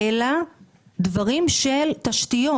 עניינים של תשתיות,